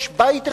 יש בית אחד,